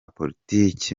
politiki